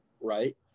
right